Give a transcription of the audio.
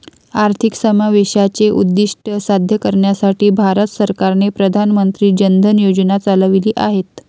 आर्थिक समावेशाचे उद्दीष्ट साध्य करण्यासाठी भारत सरकारने प्रधान मंत्री जन धन योजना चालविली आहेत